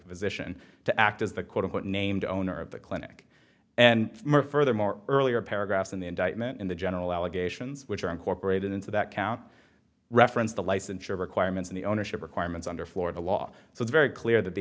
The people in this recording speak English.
physician to act as the quote unquote named owner of the clinic and more furthermore earlier paragraphs in the indictment in the general allegations which are incorporated into that count reference the licensure requirements of the ownership requirements under florida law so the very clear that the